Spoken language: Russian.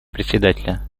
председателя